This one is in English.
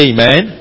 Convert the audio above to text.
Amen